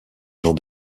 gens